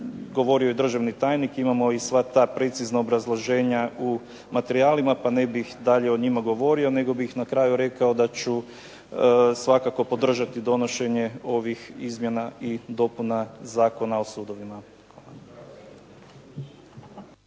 govorio i državni tajnik, imamo i sva ta precizna obrazloženja u materijalima pa ne bih dalje o njima govorio, nego bih na kraju rekao da ću svakako podržati donošenje ovih izmjena i dopuna Zakona o sudovima.